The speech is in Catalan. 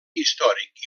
històric